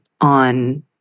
on